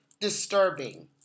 disturbing